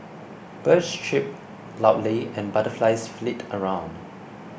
birds chirp loudly and butterflies flit around